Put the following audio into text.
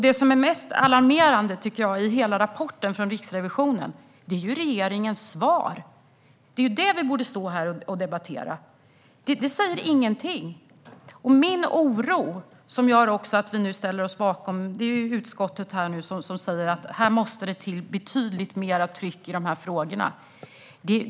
Det som är mest alarmerande i Riksrevisionens rapport är regeringens svar. Detta borde vi debattera. Svaret säger ingenting. Min oro gäller det som utskottet säger och som vi ställer oss bakom: Betydligt större tryck måste till i frågorna.